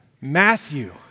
Matthew